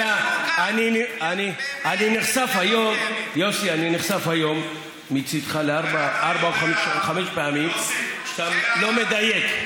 אני נחשף היום מצידך לארבע או חמש פעמים שאתה לא מדייק.